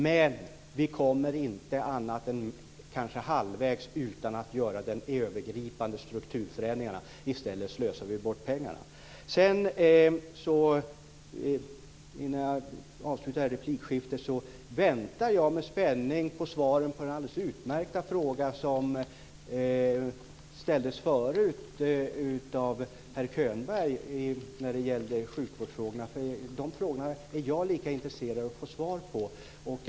Men vi kommer inte annat än kanske halvvägs utan att göra de övergripande strukturförändringarna. I stället slösar vi bort pengar. Innan jag avlutar det här replikskiftet vill jag också säga att jag med spänning väntar på svaren på de alldeles utmärkta frågor som ställdes förut av herr Könberg när det gällde sjukvårdsfrågorna. De frågorna är jag lika intresserad av att få svar på.